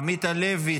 עמית הלוי,